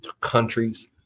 Countries